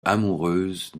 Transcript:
amoureuse